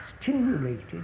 stimulated